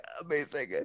Amazing